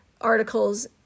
articles